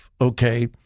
okay